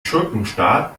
schurkenstaat